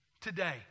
today